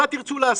מה תרצו לעשות.